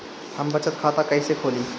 हम बचत खाता कईसे खोली?